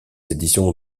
éditions